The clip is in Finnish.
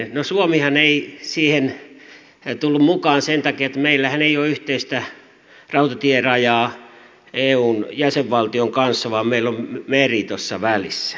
no suomihan ei siihen tullut mukaan sen takia että meillähän ei ole yhteistä rautatierajaa eun jäsenvaltion kanssa vaan meillä on meri tuossa välissä